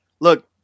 Look